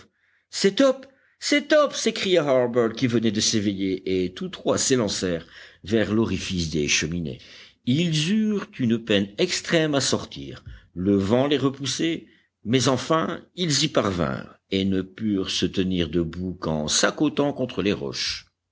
c'est top c'est top s'écria harbert qui venait de s'éveiller et tous trois s'élancèrent vers l'orifice des cheminées ils eurent une peine extrême à sortir le vent les repoussait mais enfin ils y parvinrent et ne purent se tenir debout qu'en s'accotant contre les roches